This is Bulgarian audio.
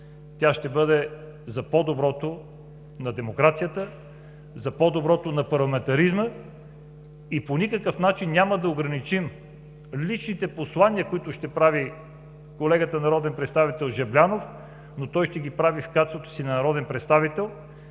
ще бъде за по-доброто на демокрацията, за по-доброто на парламентаризма. По никакъв начин няма да ограничим личните послания, които ще прави колегата народен представител Жаблянов, но той ще ги прави в качеството си на народен представител,